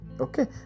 okay